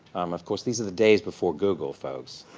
of course, these are the days before google, folks.